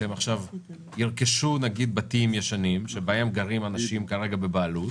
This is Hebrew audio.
שהם ירכשו בתים ישנים שבהם גרים אנשים בבעלות,